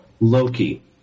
Loki